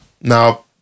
Now